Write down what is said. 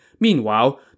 Meanwhile